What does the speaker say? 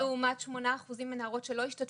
לעומת שמונה אחוזים מהנערות שלא השתתפו.